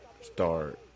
start